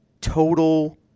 Total